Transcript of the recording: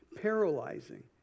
paralyzing